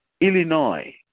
Illinois